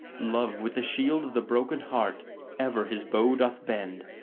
love with the shield of the broken heart ever his bow doth bend,